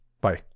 Bye